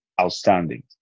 outstanding